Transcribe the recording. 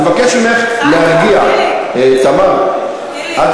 אם אתה לא רוצה להיות רכרוכי,